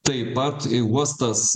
taip pat i uostas